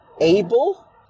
able